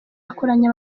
akoranya